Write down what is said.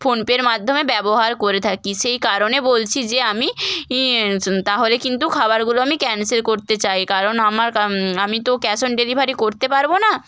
ফোনপের মাধ্যমে ব্যবহার করে থাকি সেই কারণে বলছি যে আমি ই তাহলে কিন্তু খাবারগুলো আমি ক্যানসেল করতে চাই কারণ আমার কা আমি তো ক্যাশ অন ডেলিভারি করতে পারব না